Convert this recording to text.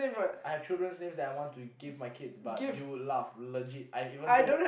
I have children names that I want to give my kids but you would laugh legit I even told